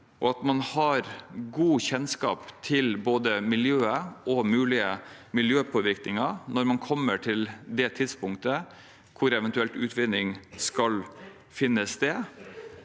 og at man har god kjennskap til både miljøet og mulige miljøpåvirkninger når man kommer til det tidspunktet da utvinning eventuelt skal finne